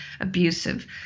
abusive